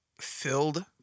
filled